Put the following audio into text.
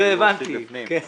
לדעתי זה